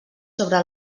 sobre